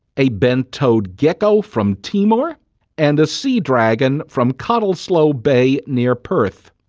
a bent-toed gecko from timor and a sea dragon from cottesloe bay near perth.